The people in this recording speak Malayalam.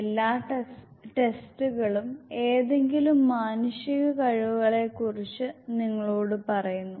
എല്ലാ ടെസ്റ്റുകളും ഏതെങ്കിലും മാനുഷിക കഴിവുകളെക്കുറിച്ച് നിങ്ങളോട് പറയുന്നു